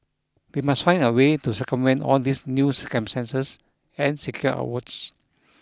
we must find a way to circumvent all these new circumstances and secure our votes